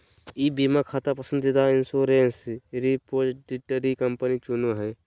ई बीमा खाता पसंदीदा इंश्योरेंस रिपोजिटरी कंपनी चुनो हइ